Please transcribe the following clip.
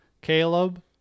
Caleb